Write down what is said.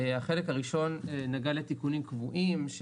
החלק הראשון נגע לתיקונים קבועים,